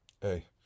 hey